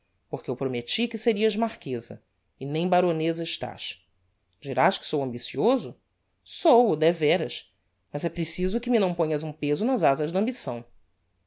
porque eu prometti que serias marqueza e nem baroneza estás dirás que sou ambicioso sou o devéras mas é preciso que me não ponhas um peso nas azas da